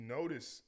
notice